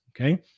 okay